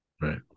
right